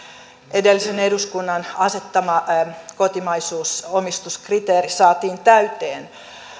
edellisen eduskunnan asettama kotimaisuusomistuskriteeri saatiin täyteen